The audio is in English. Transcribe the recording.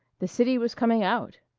the city was coming out!